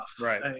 right